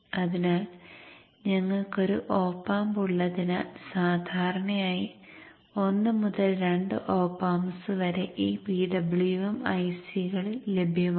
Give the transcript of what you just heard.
അതിനാൽ ഞങ്ങൾക്ക് ഒരു OpAmp ഉള്ളതിനാൽ സാധാരണയായി 1 മുതൽ 2 OpAmps വരെ ഈ PWM IC കൾ ലഭ്യമാണ്